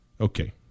Okay